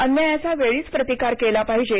अन्यायाचा वेळीच प्रतिकार केला पाहिजे